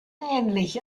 ähnlich